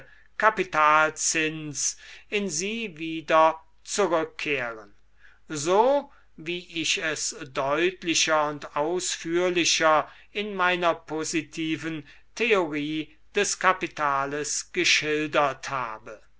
kapitalzins in sie wieder zurückkehren so wie ich es deutlicher und ausführlicher in meiner positiven theorie des kapitales geschildert habe